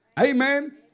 Amen